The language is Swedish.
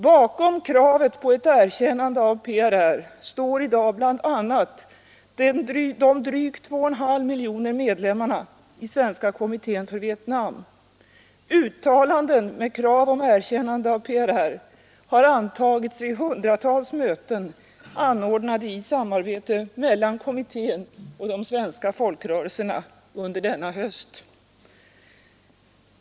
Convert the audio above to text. Bakom kravet på ett erkännande av PRR står i dag bl.a. de drygt 2,5 miljoner medlemmarna i Svenska kommittén för Vietnam. Uttalanden med krav på erkännande av PRR har antagits vid hundratals möten anordnade i samarbete mellan kommittén och de svenska folkrörelserna under denna höst.